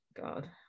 God